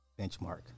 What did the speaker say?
benchmark